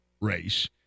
race